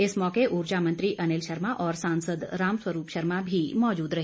इस मौके उर्जा मंत्री अनिल शर्मा और सांसद रामस्वरूप शर्मा भी मौजूद रहे